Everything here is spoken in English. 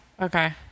Okay